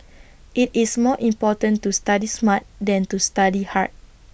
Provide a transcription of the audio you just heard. IT is more important to study smart than to study hard